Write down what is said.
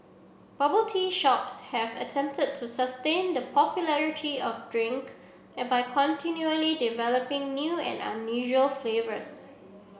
bubble tea shops have attempted to sustain the popularity of drink by continually developing new and unusual flavours